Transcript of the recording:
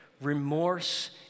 remorse